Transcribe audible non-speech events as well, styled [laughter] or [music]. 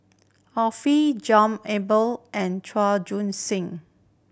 Arifin John Eber and Chua Joon [unintelligible]